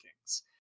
Kings